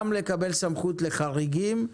גם לקבל סמכות לחריגים,